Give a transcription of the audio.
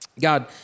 God